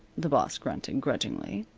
the boss grunted, grudgingly.